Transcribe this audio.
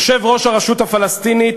יושב-ראש הרשות הפלסטינית